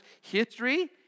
history